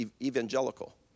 evangelical